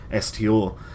STO